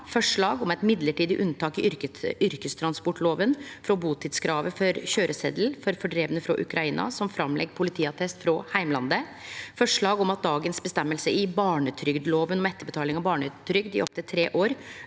forslag om eit midlertidig unntak i yrkestransportlova frå butidskravet for køyresetel for fordrivne frå Ukraina som legg fram politiattest frå heimlandet, forslag om at føresegna i barnetrygdlova om etterbetaling av barnetrygd i opptil tre år